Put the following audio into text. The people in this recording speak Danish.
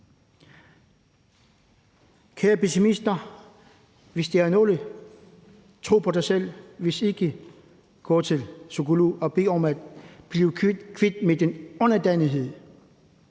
Kære pessimister, hvis der er nogen: Tro på jer selv; hvis ikke, gå til psykolog og bed om at blive kvit med din underdanighed.